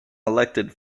elected